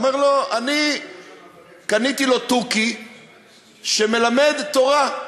אומר לו: קניתי לו תוכי שמלמד תורה.